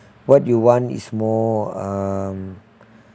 what you want is more um